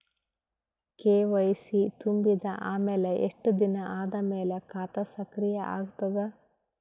KYC ತುಂಬಿದ ಅಮೆಲ ಎಷ್ಟ ದಿನ ಆದ ಮೇಲ ಖಾತಾ ಸಕ್ರಿಯ ಅಗತದ?